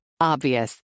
Obvious